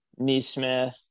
Neesmith